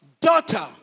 daughter